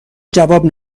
جواب